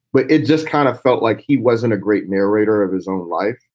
but it just kind of felt like he wasn't a great narrator of his own life.